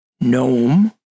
gnome